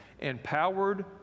Empowered